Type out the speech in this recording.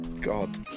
God